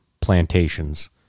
plantations